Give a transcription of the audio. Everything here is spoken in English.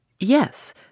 Yes